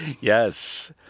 Yes